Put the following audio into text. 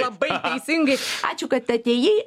labai teisingai ačiū kad atėjai